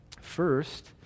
First